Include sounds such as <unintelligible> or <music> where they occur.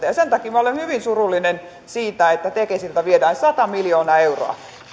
<unintelligible> ja sen takia minä olen hyvin surullinen siitä että tekesiltä viedään sata miljoonaa euroa